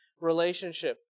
relationship